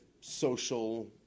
social